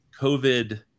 COVID